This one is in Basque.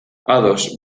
ados